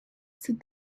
said